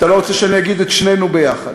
אתה לא רוצה שאני אגיד את שנינו ביחד.